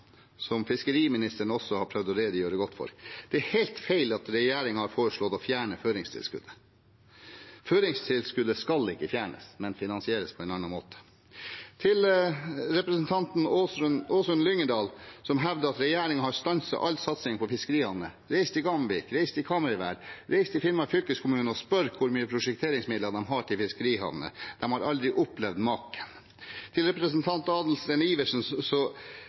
som fiskeriministeren også har prøvd å redegjøre godt for. Det er helt feil at regjeringen har foreslått å fjerne føringstilskuddet. Føringstilskuddet skal ikke fjernes, men finansieres på en annen måte. Til representanten Åsunn Lyngedal, som hevder at regjeringen har stanset all satsing på fiskerihavner: Reis til Gamvik, reis til Kamøyvær, reis til Finnmark fylkeskommune og spør hvor mye prosjekteringsmidler de har til fiskerihavner. De har aldri opplevd maken. Til representanten Adelsten Iversen: